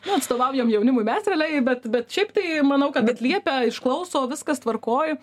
nu atstovaujam jaunimui mes realiai bet bet šiaip tai manau kad atliepia išklauso viskas tvarkoj